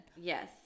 Yes